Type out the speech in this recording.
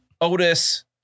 Otis